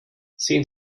sehen